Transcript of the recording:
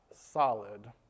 solid